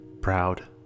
proud